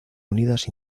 unidas